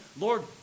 Lord